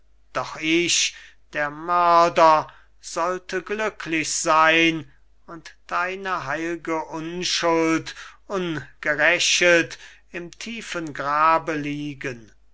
kann doch ich der mörder sollte glücklich sein und deine heil'ge unschuld ungerächet im tiefen grabe liegen